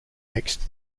next